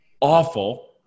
awful